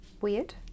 Weird